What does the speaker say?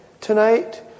tonight